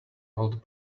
old